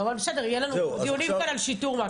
בסדר, אבל יהיו לנו דיונים כאן על שיטור.